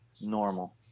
normal